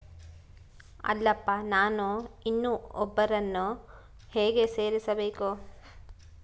ಅಲ್ಲಪ್ಪ ನಾನು ಇನ್ನೂ ಒಬ್ಬರನ್ನ ಹೇಗೆ ಸೇರಿಸಬೇಕು?